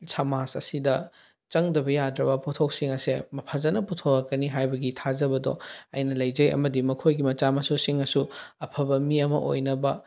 ꯁꯃꯥꯖ ꯑꯁꯤꯗ ꯆꯪꯗꯕ ꯌꯥꯗ꯭ꯔꯕ ꯄꯣꯠꯊꯣꯛꯁꯤꯡ ꯑꯁꯦ ꯐꯖꯅ ꯄꯨꯊꯣꯔꯛꯀꯅꯤ ꯍꯥꯏꯕꯒꯤ ꯊꯥꯖꯕꯗꯣ ꯑꯩꯅ ꯂꯩꯖꯩ ꯑꯃꯗꯤ ꯃꯈꯣꯏꯒꯤ ꯃꯆꯥ ꯃꯁꯨꯁꯤꯡꯅꯁꯨ ꯑꯐꯕ ꯃꯤ ꯑꯃ ꯑꯣꯏꯅꯕ